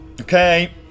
Okay